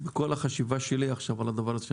בכל החשיבה שלי על הדבר הזה,